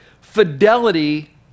fidelity